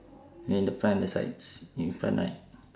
then the front is like s~ in front right